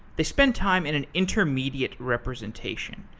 they spend time in an intermediate representation.